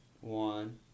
one